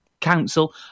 council